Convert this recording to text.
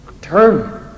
Turn